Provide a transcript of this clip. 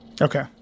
Okay